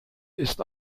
ist